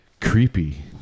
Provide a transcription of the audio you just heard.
creepy